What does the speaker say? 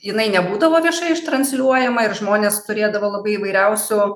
jinai nebūdavo viešai ištransliuojama ir žmonės turėdavo labai įvairiausių